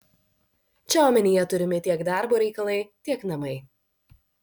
čia omenyje turimi tiek darbo reikalai tiek namai